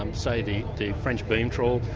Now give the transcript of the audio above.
um say the the french beam trawl,